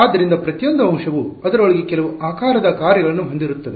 ಆದ್ದರಿಂದ ಪ್ರತಿಯೊಂದು ಅಂಶವು ಅದರೊಳಗೆ ಕೆಲವು ಆಕಾರದ ಕಾರ್ಯಗಳನ್ನು ಹೊಂದಿರುತ್ತದೆ